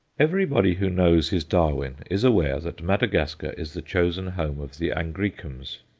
everybody who knows his darwin is aware that madagascar is the chosen home of the angraecums.